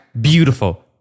Beautiful